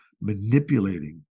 manipulating